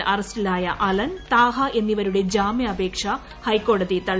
കേസിൽ അറസ്റ്റിലായ അലൻ താഹ എന്നിവരുടെ ജാമ്യാപേക്ഷ ഹൈക്കോടതി തള്ളി